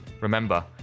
Remember